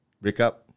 breakup